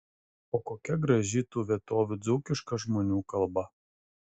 o kokia graži tų vietovių dzūkiška žmonių kalba